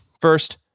First